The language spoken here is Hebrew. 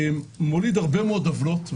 מוליד הרבה מאוד עוולות,